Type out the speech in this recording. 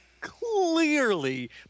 clearly